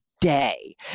day